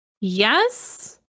Yes